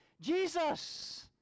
Jesus